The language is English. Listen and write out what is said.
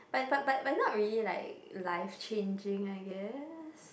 but but but but not really like life changing I guess